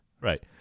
Right